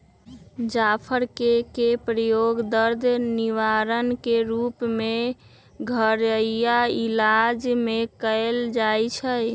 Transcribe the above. जाफर कें के प्रयोग दर्द निवारक के रूप में घरइया इलाज में कएल जाइ छइ